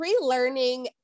relearning